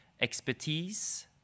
Expertise